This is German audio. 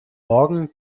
morgen